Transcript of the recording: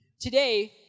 Today